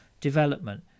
development